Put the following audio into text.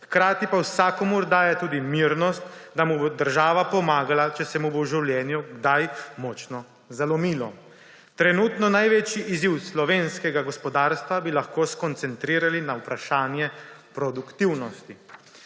Hkrati pa vsakomur daje tudi mirnost, da mu bo država pomagala, če se mu bo v življenju kdaj močno zalomilo. Trenutno največji izziv slovenskega gospodarstva bi lahko skoncentrirali na vprašanje produktivnosti.